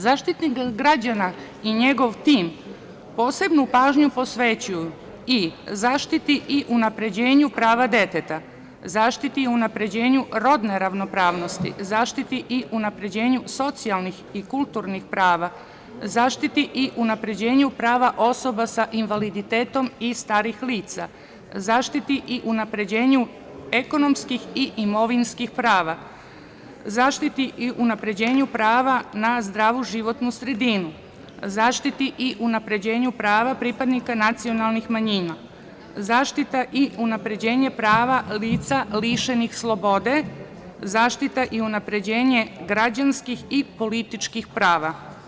Zaštitnik građana i njegov tim posebnu pažnju posvećuju i zaštiti i unapređenju prava deteta, zaštiti i unapređenju rodne ravnopravnosti, zaštiti i unapređenju socijalnih i kulturnih prava, zaštiti i unapređenju prava osoba sa invaliditetom i starih lica, zaštiti i unapređenju ekonomskih i imovinskih prava, zaštiti i unapređenju prava na zdravu životnu sredinu, zaštiti i unapređenju prava pripadnika nacionalnih manjina, zaštiti i unapređenju prava lica lišenih slobode, zaštiti i unapređenju građanskih i političkih prava.